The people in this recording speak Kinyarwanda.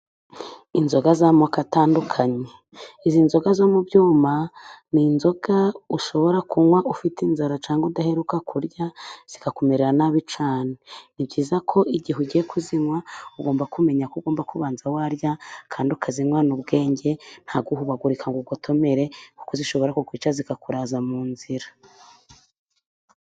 Inzoga z'amoko atandukanye, izi nzoga zo mu byuma ni inzoga ushobora kunywa ufite inzara cyangwa udaheruka kurya zikakumerera nabi cyane. Ni byiza ko igihe ugiye kuzinywa ugomba kumenya ko ugomba kubanza warya, kandi ukazinywana ubwenge, nta guhubagurika ngo ugotomere kuko zishobora kukwica, zikakuraza mu nzira.